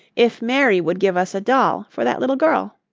if mary would give us a doll for that little girl?